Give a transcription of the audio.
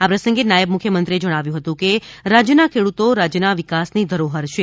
આ પ્રસંગે નાથબ મુખ્યમંત્રીએ જણાવ્યુ હતુ કે રાજયના ખેડૂતો રાજયના વિકાસની ધરોહર છે